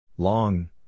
Long